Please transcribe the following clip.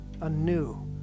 anew